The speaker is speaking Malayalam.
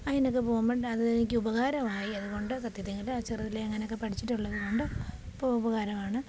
അതിയിനൊക്കെ പോകുമ്പോൾ അത് എനിക്ക് ഉപകാരമായി അതുകൊണ്ട് സത്യത്തിൽ അത് ചെറുതിലെ അങ്ങനെയൊക്കെ പഠിച്ചിട്ടുള്ളതുകൊണ്ട് ഇപ്പോൾ ഉപകാരമാണ്